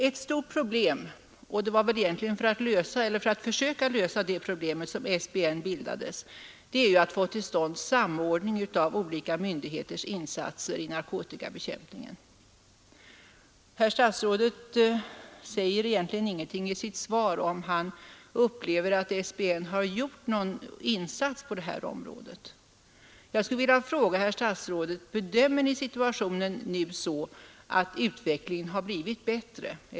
Ett stort problem — och det var väl egentligen för att försöka lösa det problemet som SBN bildades — är ju att få till stånd samordning av olika myndigheters insatser i narkotikabekämpningen. Herr statsrådet säger egentligen ingenting i sitt svar om huruvida han upplever det så att SBN gjort någon insats på detta område. Jag skulle vilja fråga herr statsrådet: Bedömer Ni det nu så att situationen blivit bättre?